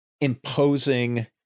imposing